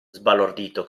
sbalordito